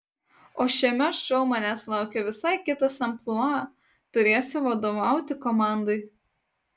o šiame šou manęs laukia visai kitas amplua turėsiu vadovauti komandai